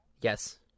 Yes